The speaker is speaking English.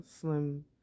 slim